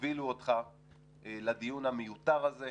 הובילו אותך לדיון המיותר הזה,